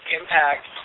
impact